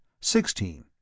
Sixteen